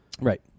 Right